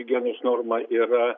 higienos norma yra